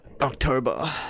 October